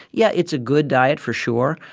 yeah, it's a good diet for sure.